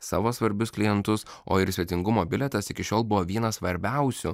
savo svarbius klientus o ir svetingumo bilietas iki šiol buvo vienas svarbiausių